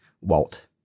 Walt